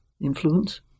Influence